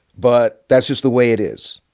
but that's just the way it is.